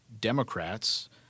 Democrats